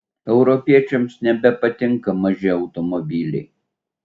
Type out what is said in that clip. europiečiams nebepatinka maži automobiliai